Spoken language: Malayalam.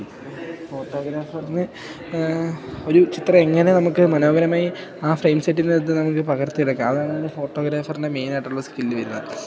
ഫോട്ടോഗ്രാഫറിന് ഒരു ചിത്രം എങ്ങനെ നമുക്ക് മനോഹരമായി ആ ഫ്രെയിം സെറ്റിനകത്തു നമുക്കു പകർത്തിയെടുക്കാം അതാണ് ഫോട്ടോഗ്രാഫറിൻ്റെ മെയിനായിയിട്ടുള്ള സ്കില് വരുന്നത്